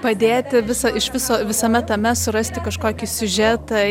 padėti viso iš viso visame tame surasti kažkokį siužetą